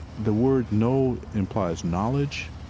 the word know implies knowledge.